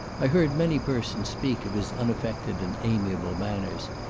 i heard many persons speak of his unaffected and amiable manners,